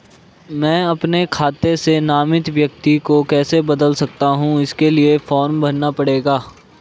मैं अपने खाते से नामित व्यक्ति को कैसे बदल सकता हूँ इसके लिए फॉर्म भरना पड़ेगा?